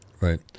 Right